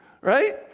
Right